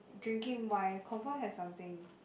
drinking wine confirm have something